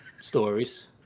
stories